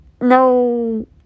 no